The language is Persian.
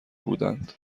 بودند